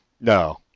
No